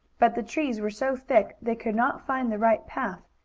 but the trees were so thick they could not find the right path.